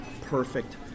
perfect